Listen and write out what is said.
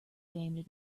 game